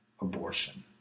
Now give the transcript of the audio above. abortion